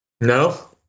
No